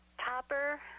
Topper